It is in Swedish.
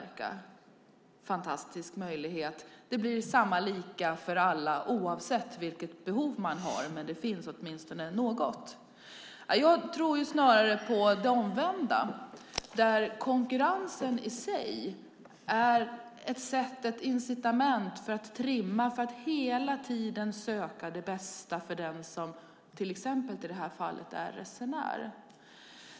Det är en fantastisk möjlighet. Det blir lika för alla, oavsett vilket behov man har. Men det finns åtminstone något. Jag tror snarare på det omvända, att konkurrensen i sig är ett incitament för att trimma och hela tiden söka det bästa, i det här fallet för den som är resenär.